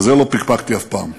בזה לא פקפקתי אף פעם.